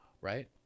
right